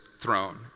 throne